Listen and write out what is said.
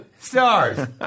stars